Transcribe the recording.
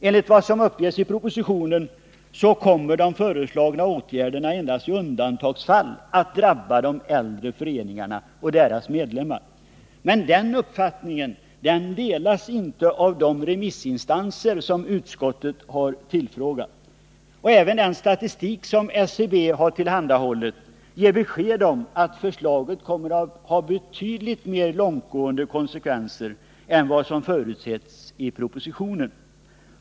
Enligt vad som uppges i propositionen kommer de föreslagna åtgärderna endast i undantagsfall att drabba de äldre föreningarna och deras medlemmar. Men den uppfattningen delas inte av de remissinstanser som utskottet tillfrågat. Även den statistik som SCB tillhandahållit ger besked om att förslaget har betydligt mer långtgående konsekvenser än vad som förutsetts i propositionen.